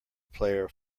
player